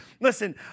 Listen